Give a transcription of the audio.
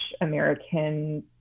American